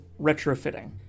retrofitting